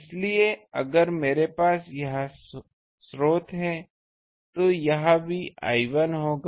इसलिए अगर मेरे पास यह स्रोत है तो यह भी I1 होगा